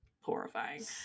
horrifying